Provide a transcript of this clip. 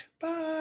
Bye